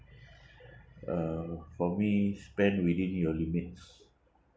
uh for me spend within your limits